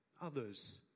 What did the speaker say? Others